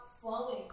flowing